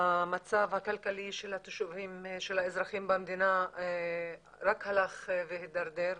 המצב הכלכלי של האזרחים במדינה רק הלך והדרדר,